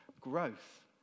growth